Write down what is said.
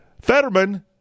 Fetterman